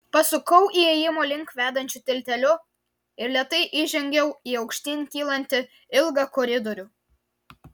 pasukau įėjimo link vedančiu tilteliu ir lėtai įžengiau į aukštyn kylantį ilgą koridorių